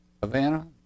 havana